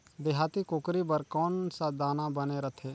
देहाती कुकरी बर कौन सा दाना बने रथे?